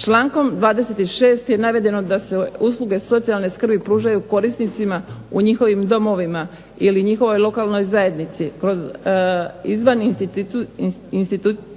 Člankom 26. je navedeno da se usluge socijalne skrbi pružaju korisnicima u njihovim domovima ili u njihovoj lokalnoj zajednici kroz